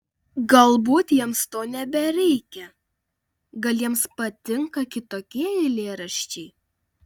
galbūt jiems to nebereikia gal jiems patinka kitokie eilėraščiai